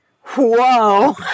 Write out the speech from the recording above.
Whoa